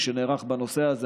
שנערך בנושא הזה,